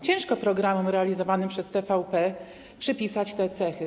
Ciężko programom realizowanym przez TVP przypisać te cechy.